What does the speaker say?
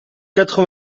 quatre